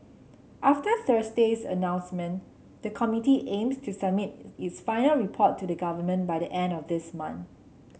after Thursday's announcement the committee aims to submit its final report to the Government by the end of this month